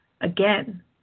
again